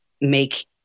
make